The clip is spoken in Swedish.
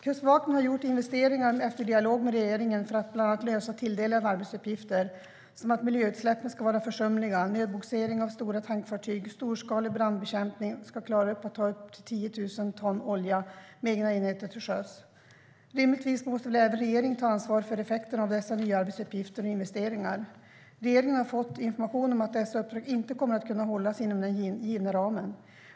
Kustbevakningen har gjort investeringarna efter dialog med regeringen för att bland annat lösa nya tilldelade arbetsuppgifter, som att miljöutsläppen ska vara försumliga och att man ska klara nödbogsering av stora tankfartyg, storskalig brandbekämpning och att ta upp 10 000 ton olja med egna enheter till sjöss. Rimligtvis måste väl även regeringen ta ansvar för effekterna av dessa nya arbetsuppgifter och investeringar. Regeringen har fått information om att dessa uppdrag inte kommer att kunna hållas inom den givna ramen.